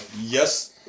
yes